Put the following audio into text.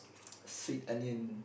sweet onion